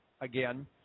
again